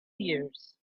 seers